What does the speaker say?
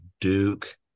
Duke